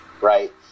right